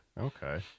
Okay